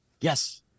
Yes